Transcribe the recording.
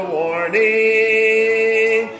warning